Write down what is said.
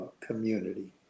community